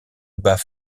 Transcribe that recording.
bas